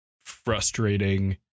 frustrating